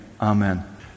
Amen